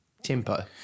Tempo